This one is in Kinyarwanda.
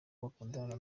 bakundanaga